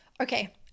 Okay